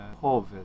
COVID